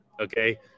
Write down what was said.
okay